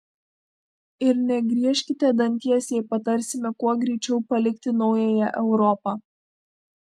ir negriežkite danties jei patarsime kuo greičiau palikti naująją europą